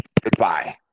goodbye